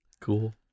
cool